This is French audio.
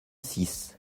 six